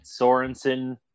Sorensen